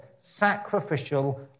sacrificial